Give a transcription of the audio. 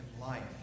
life